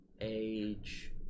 age